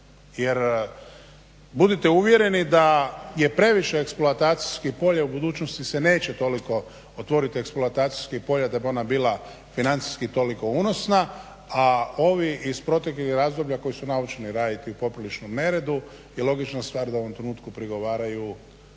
Jer budite uvjereni da je previše eksploatacijskih polja, u budućnosti se neće otvoriti toliko eksploatacijskih polja da bi ona bila financijski toliko unosna, a ovi iz proteklih razdoblja koji su naučeni raditi u popriličnom neredu, i logična stvar da vam u trenutku prigovaraju